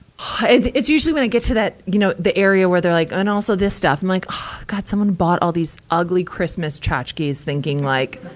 it, it's usually when i get to that, you know, the area where they're like, and also this stuff. i'm like, god, someone bought all these ugly christmas tchotchkes, thinking like,